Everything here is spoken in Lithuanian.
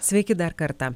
sveiki dar kartą